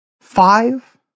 five